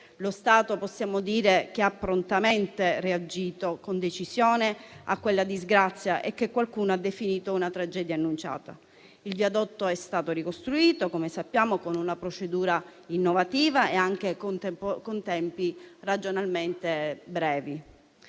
Lo Stato - possiamo dire - ha prontamente reagito con decisione a quella disgrazia, che qualcuno ha definito una tragedia annunciata. Il viadotto è stato ricostruito con una procedura innovativa e anche in tempi ragionevolmente brevi.